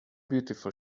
beautiful